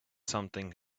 something